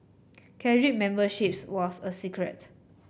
carry memberships was a secret